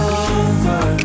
over